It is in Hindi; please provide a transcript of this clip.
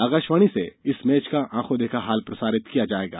आकाशवाणी से इस मैच का आखों देखा हाल प्रसारित किया जाएगा